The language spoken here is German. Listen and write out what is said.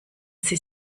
sie